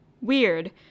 weird